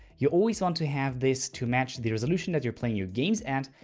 you always want to have this to match the resolution that you're playing your games at,